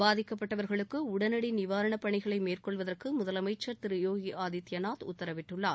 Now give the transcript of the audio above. பாதிக்கப்பட்டவர்களுக்கு உடனடி நிவாரண பணிகளை மேற்கொள்வதற்கு முதலமைச்சர் யோகி ஆதித்யநாத் உத்தரவிட்டுள்ளார்